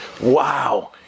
wow